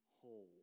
whole